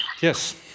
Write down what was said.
Yes